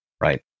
right